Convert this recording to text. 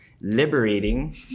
liberating